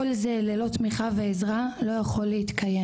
כל זה, ללא תמיכה ועזרה, לא יכול להתקיים.